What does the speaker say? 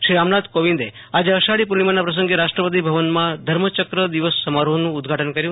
શ્રી રામનાથ કોવિંદ આજે અષાઢી પૂર્ણિમાના પસંગે રાષ્ટ્રપતિ ભવનમાં ધર્મચક દિવસ સમારોહ નું ઉદઘાટન કર્યું